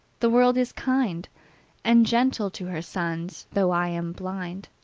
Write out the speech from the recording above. the world is kind and gentle to her sons. though i am blind,